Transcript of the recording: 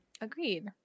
agreed